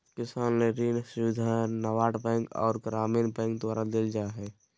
किसान ले ऋण सुविधा नाबार्ड बैंक आर ग्रामीण बैंक द्वारा देल जा हय